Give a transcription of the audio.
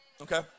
Okay